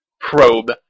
probe